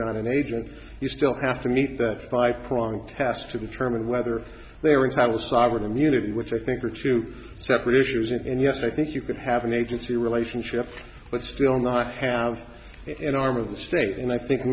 not an agent you still have to meet that five prong test to determine whether they are entitled sovereign immunity which i think are two separate issues and yes i think you could have an agency relationship but still not have it in arm of the state and i think